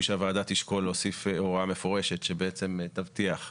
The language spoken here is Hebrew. שהוועדה תשקול להוסיף הוראה מפורשת שבעצם תבטיח זאת,